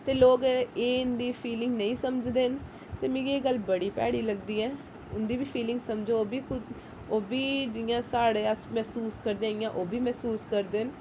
ते लोग एह् इं'दी फीलिंग नेईं समझदे न ते मिगी एह् गल्ल बड़ी भैड़ी लगदी ऐ उंदी बी फीलिंग समझो ओह् बी ओह् बी जियां साढ़े अस मसूस करदे इ'यां ओह् बी मसूस करदे न